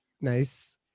nice